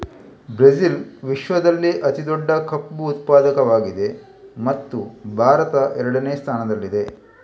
Brazil ವಿಶ್ವದಲ್ಲೇ ಅತಿ ದೊಡ್ಡ ಕಬ್ಬು ಉತ್ಪಾದಕವಾಗಿದೆ ಮತ್ತು ಭಾರತ ಎರಡನೇ ಸ್ಥಾನದಲ್ಲಿದೆ